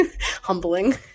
Humbling